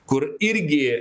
kur irgi